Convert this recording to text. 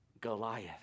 Goliath